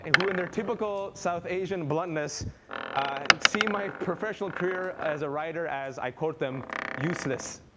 and who in their typical south asian bluntness see my professional career as a writer as i quote them useless.